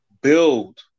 build